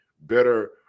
better